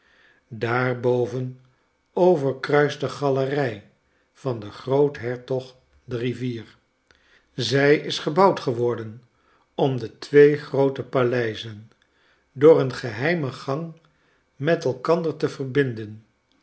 daarboven overkruist de galerij van den groothertog de rivier zij is gebouwd geworden om de twee groote paleizen door een geheime gang met elkander te verbinden